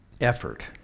effort